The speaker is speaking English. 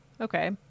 Okay